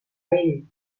ell